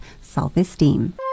self-esteem